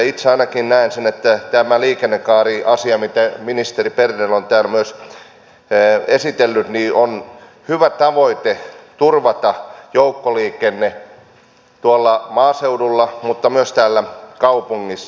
itse ainakin näen sen että tämä liikennekaariasia mitä ministeri berner on täällä myös esitellyt on hyvä tavoite turvata joukkoliikenne maaseudulla mutta myös täällä kaupungissa